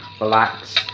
relax